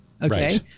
Okay